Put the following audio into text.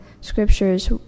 scriptures